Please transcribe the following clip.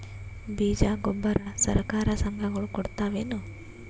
ಬೀಜ ಗೊಬ್ಬರ ಸರಕಾರ, ಸಂಘ ಗಳು ಕೊಡುತಾವೇನು?